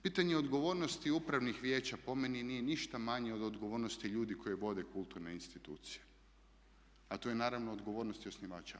Pitanje odgovornosti upravnih vijeća po meni nije ništa manje od odgovornosti ljudi koji vode kulturne institucije, a tu je naravno odgovornost i osnivača.